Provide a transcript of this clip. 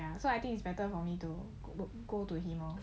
ya so I think it's better for me to go to him lor